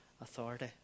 authority